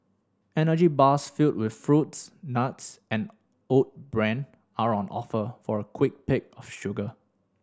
energy bars filled with fruits nuts and oat bran are on offer for a quick pick of sugar